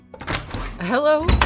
Hello